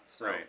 right